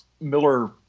Miller